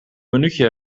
minuutje